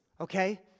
okay